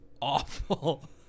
awful